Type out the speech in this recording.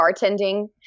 bartending